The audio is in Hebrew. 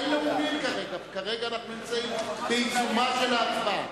כרגע אנחנו בעיצומה של ההצבעה.